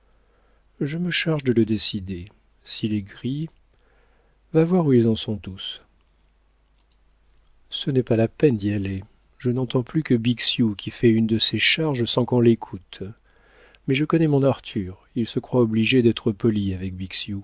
je me charge de le décider s'il est gris va voir où ils en sont tous ce n'est pas la peine d'y aller je n'entends plus que bixiou qui fait une de ses charges sans qu'on l'écoute mais je connais mon arthur il se croit obligé d'être poli avec